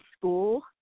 school